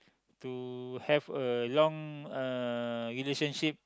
to have a long uh relationship